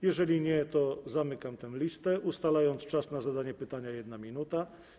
Jeżeli nie, to zamykam tę listę, ustalając czas na zadanie pytania - 1 minuta.